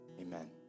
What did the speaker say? amen